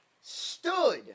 stood